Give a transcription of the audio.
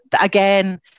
again